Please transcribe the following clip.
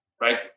right